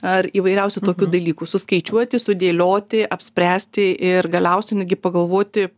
ar įvairiausių tokių dalykų suskaičiuoti sudėlioti apspręsti ir galiausiai netgi pagalvoti